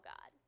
God